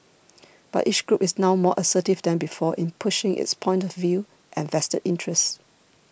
but each group is now more assertive than before in pushing its point of view and vested interests